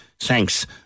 Thanks